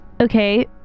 okay